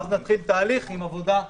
ואז נתחיל תהליך עם עבודה מסודרת.